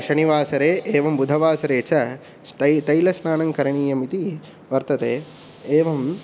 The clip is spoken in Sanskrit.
शनिवासरे एवं बुधवासरे च तै तैलस्नानं करणीयमिति वर्तते एवम्